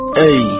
Hey